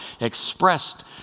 expressed